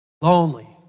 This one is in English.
lonely